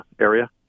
area